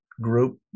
group